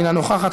אינה נוכחת,